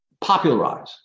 popularize